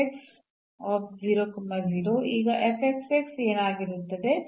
ಅನೇಕ ಸಂದರ್ಭಗಳಲ್ಲಿ ಇದು ಕೆಲಸ ಮಾಡುತ್ತದೆ ಆದರೆ ಕೆಲವೊಮ್ಮೆ ಉತ್ಪನ್ನದಿಂದ ನೇರವಾಗಿ ನ ಚಿಹ್ನೆಯನ್ನು ಅರಿತುಕೊಳ್ಳುವುದು ಕಷ್ಟ